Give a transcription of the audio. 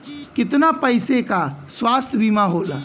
कितना पैसे का स्वास्थ्य बीमा होला?